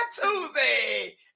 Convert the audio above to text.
Tuesday